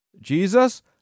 Jesus